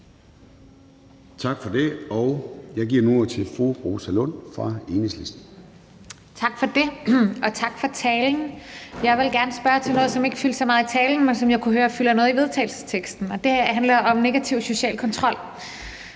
Kl. 11:15 Forhandling Rosa Lund (EL): Tak for det, og tak for talen. Jeg vil gerne spørge til noget, som ikke fyldte så meget i talen, men som jeg kunne høre fylder noget i vedtagelsesteksten, og det handler om negativ social kontrol.